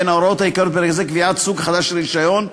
בין ההוראות העיקריות בפרק זה: קביעת סוג חדש של רישיון,